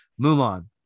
Mulan